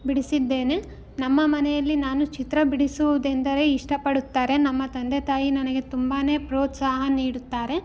ಬಿಡಿಸಿದ್ದೇನೆ ನಮ್ಮ ಮನೆಯಲ್ಲಿ ನಾನು ಚಿತ್ರ ಬಿಡಿಸುವುದೆಂದರೆ ಇಷ್ಟಪಡುತ್ತಾರೆ ನಮ್ಮ ತಂದೆ ತಾಯಿ ನನಗೆ ತುಂಬಾ ಪ್ರೋತ್ಸಾಹ ನೀಡುತ್ತಾರೆ